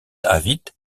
avit